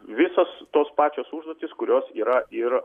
visos tos pačios užduotys kurios yra ir